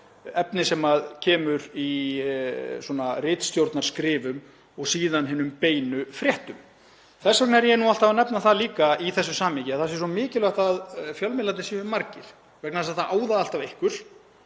efni sem birtist í ritstjórnarskrifum og síðan hinum beinu fréttum. Þess vegna er ég alltaf að nefna það líka í þessu samhengi að það sé svo mikilvægt að fjölmiðlarnir séu margir vegna þess að það á þá alltaf